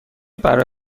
برای